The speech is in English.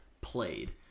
played